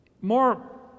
more